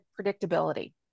predictability